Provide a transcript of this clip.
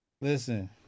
Listen